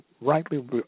rightly